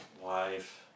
Wife